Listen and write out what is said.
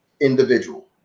individual